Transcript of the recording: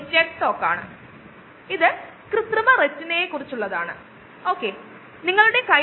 ഈ solid state bio റിയാക്ടറുകളെക്കുറിച്ച് എന്തെങ്കിലും സംസാരിക്കുന്ന ഒരു വീഡിയോയാണിത്